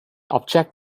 object